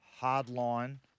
hardline